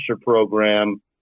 program